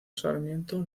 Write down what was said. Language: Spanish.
sarmiento